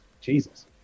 Jesus